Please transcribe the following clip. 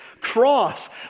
cross